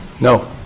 No